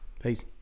Peace